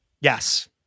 Yes